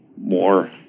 more